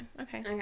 Okay